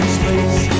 space